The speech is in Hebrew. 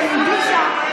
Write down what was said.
שהיא הגישה.